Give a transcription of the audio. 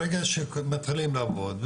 ברגע שמתחילים לעבוד,